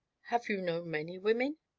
have you known many women?